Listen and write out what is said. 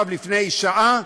לפני שעה,